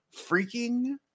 freaking